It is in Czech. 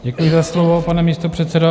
Děkuji za slovo, pane místopředsedo.